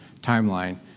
timeline